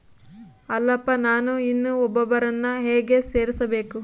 ಅಲ್ಲಪ್ಪ ನಾನು ಇನ್ನೂ ಒಬ್ಬರನ್ನ ಹೇಗೆ ಸೇರಿಸಬೇಕು?